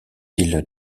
ils